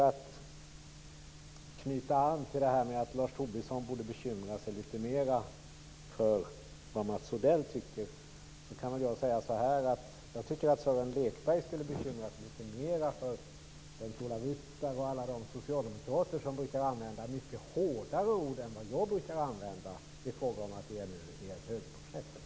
Låt oss knyta an till att Lars Tobisson borde bekymra sig litet mer för vad Mats Odell tycker. Jag tycker att Sören Lekberg skall bekymra sig litet mer för alla de socialdemokrater som brukar använda sig av mycket hårdare ord än vad jag brukar använda i fråga om att EMU är ett högerprojekt.